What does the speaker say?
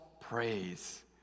praise